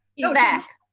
you know back.